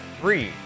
three